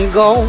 go